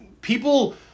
people